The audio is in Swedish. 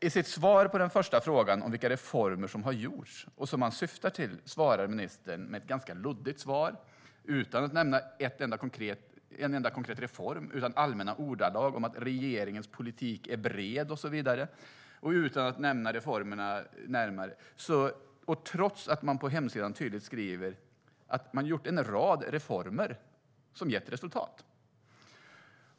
I sitt svar på den första frågan, om vilka reformer som gjorts och som man syftar på, svarar ministern ganska luddigt utan att nämna en enda konkret reform. Det är allmänna ordalag om att regeringens politik är bred och så vidare, trots att man på sin hemsida tydligt skriver att man "genomfört en rad reformer" som "har gett resultat".